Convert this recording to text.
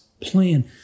plan